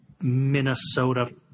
Minnesota